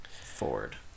Ford